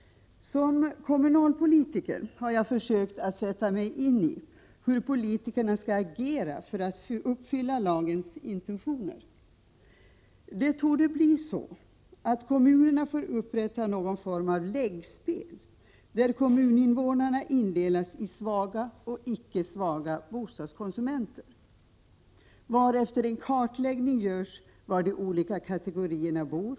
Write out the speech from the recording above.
Som kommunalpolitiker har jag försökt att sätta mig in i hur politikerna skall agera för att uppfylla lagens intentioner. Det torde bli så att kommunen får upprätta någon form av läggspel där kommuninvånarna indelas i svaga och icke svaga bostadskonsumenter, varefter en kartläggning görs av var de olika kategorierna bor.